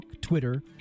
Twitter